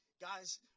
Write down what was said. guys